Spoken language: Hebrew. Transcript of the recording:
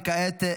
כעת,